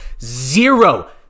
zero